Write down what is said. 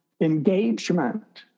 engagement